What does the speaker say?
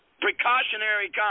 precautionary